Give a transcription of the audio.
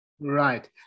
Right